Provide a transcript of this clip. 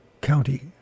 County